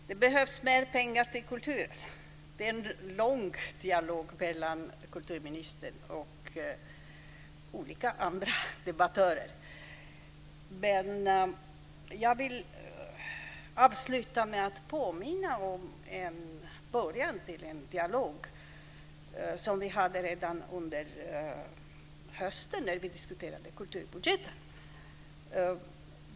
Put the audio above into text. Fru talman! Det behövs mer pengar till kulturen. Det är en lång dialog mellan kulturministern och olika andra debattörer. Jag vill avsluta med att påminna om en början till en dialog som vi hade redan under hösten när vi diskuterade kulturbudgeten.